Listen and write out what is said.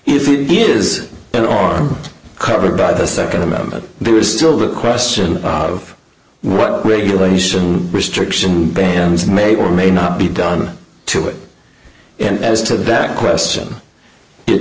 if it is then on covered by the second amendment there is still the question of what regulation restriction bans may or may not be down to it and as to that question it